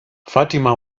fatima